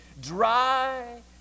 dry